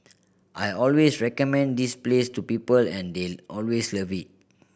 I always recommend this place to people and they always love it